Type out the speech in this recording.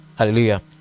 Hallelujah